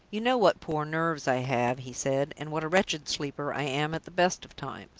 you know what poor nerves i have, he said, and what a wretched sleeper i am at the best of times.